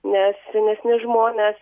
ne senesni žmonės